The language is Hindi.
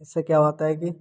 इससे क्या होता है कि